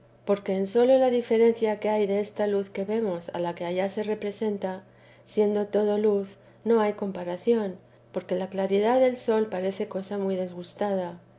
porque en sola la diferencia que hay desta luz que vemos a la que allá se presenta siendo todo luz no hay comparación porque la claridad del sol parece cosa muy deslustrada